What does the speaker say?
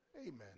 Amen